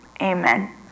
amen